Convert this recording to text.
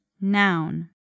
noun